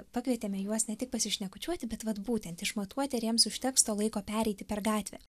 pakvietėme juos ne tik pasišnekučiuoti bet vat būtent išmatuoti ar jiems užteks to laiko pereiti per gatvę